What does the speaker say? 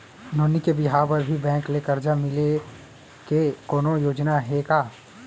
नोनी के बिहाव बर भी बैंक ले करजा मिले के कोनो योजना हे का?